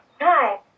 Hi